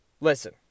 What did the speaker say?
Listen